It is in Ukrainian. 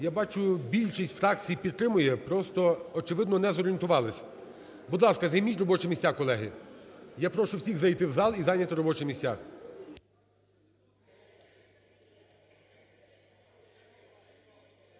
Я бачу, більшість фракцій підтримує, просто, очевидно, не зорієнтувались. Будь ласка, займіть робочі місця, колеги. Я прошу всіх зайти в зал і зайняти робочі місця.